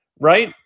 Right